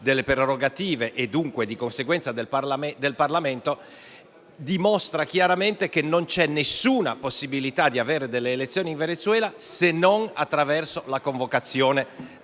delle prerogative e, di conseguenza, del Parlamento dimostra chiaramente che non c'è alcuna possibilità di avere delle elezioni in Venezuela se non attraverso la convocazione